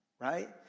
right